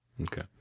okay